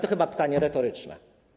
To chyba pytanie retoryczne.